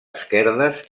esquerdes